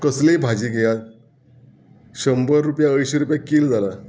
कसलीय भाजी घेयात शंबर रुपया अंयशीं रुपया कील जाला